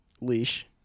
leash